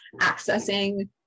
accessing